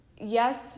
yes